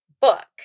book